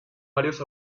varios